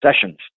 sessions